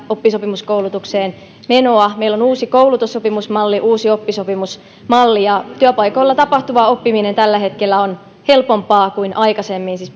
oppisopimuskoulutukseen menoa meillä on uusi koulutussopimusmalli uusi oppisopimusmalli ja työpaikoilla tapahtuva oppiminen tällä hetkellä on helpompaa kuin aikaisemmin siis